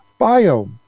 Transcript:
Biome